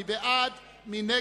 מי בעד?